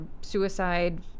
suicide